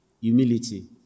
Humility